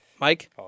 Mike